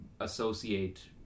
associate